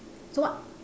so what